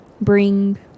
bring